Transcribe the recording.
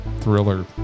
thriller